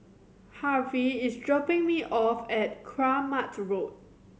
Harvie is dropping me off at Kramat Road